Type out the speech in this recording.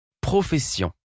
Profession